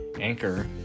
Anchor